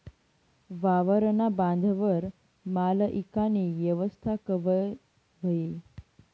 वावरना बांधवर माल ईकानी येवस्था कवय व्हयी?